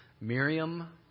Miriam